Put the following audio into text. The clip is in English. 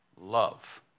love